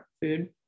food